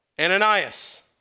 Ananias